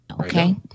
Okay